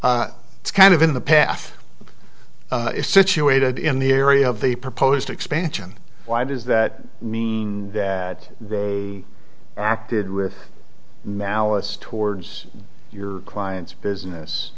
it's kind of in the path is situated in the area of the proposed expansion why does that mean that they acted with malice towards your client's business